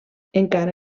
encara